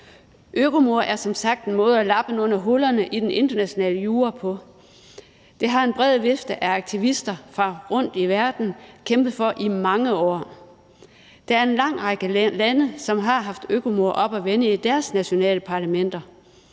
økomord er som sagt en måde at lappe nogle af hullerne i den internationale jura på. Det har en bred vifte af aktivister fra rundtom i verden kæmpet for i mange år. Der er en lang række lande, som har haft økomord oppe at vende i deres nationale parlamenter,